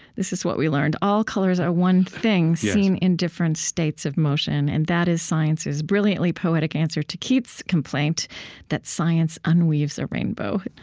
this is what we learned all colors are one thing, seen in different states of motion. and that is science's brilliantly poetic answer to keats' complaint that science unweaves a rainbow.